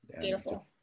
Beautiful